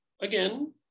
again